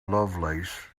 lovelace